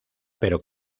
pero